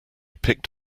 picked